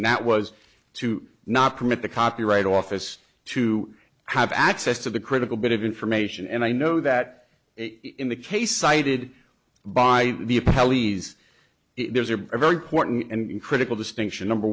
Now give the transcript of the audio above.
and that was to not commit the copyright office to have access to the critical bit of information and i know that in the case cited by the pelleas there's a very important and critical distinction number